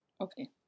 Okay